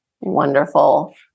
Wonderful